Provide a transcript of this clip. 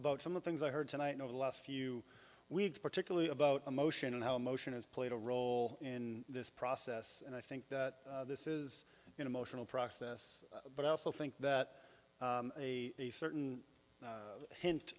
about some of things i heard tonight over the last few weeks particularly about emotion and how emotion has played a role in this process and i think this is an emotional process but i also think that a certain hint